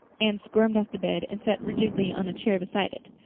anne squirmed off the bed and sat rigidly on a chair beside it,